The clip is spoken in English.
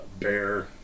bear